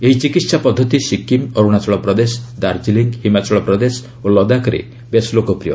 ଏହି ଚିକିହା ପଦ୍ଧତି ସକ୍କିମ୍ ଅରୁଣାଚଳ ପ୍ରଦେଶ ଦାର୍କିଲିଂ ହିମାଚଳ ପ୍ରଦେଶ ଓ ଲଦାଖ୍ରେ ବେଶ୍ ଲୋକପ୍ରିୟ